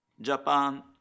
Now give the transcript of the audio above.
Japan